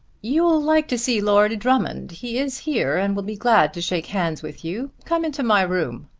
you'll like to see lord drummond. he is here and will be glad to shake hands with you. come into my room.